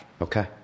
Okay